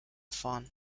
fahren